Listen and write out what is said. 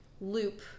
loop